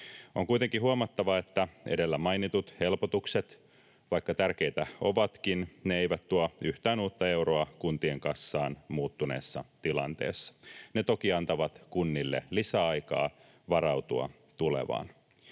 On kuitenkin huomattava, että edellä mainitut helpotukset, vaikka tärkeitä ovatkin, eivät tuo yhtään uutta euroa kuntien kassaan muuttuneessa tilanteessa. Ne toki antavat kunnille lisäaikaa varautua tulevaan.